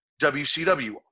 WCW